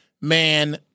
man